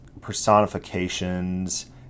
personifications